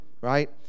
right